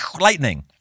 lightning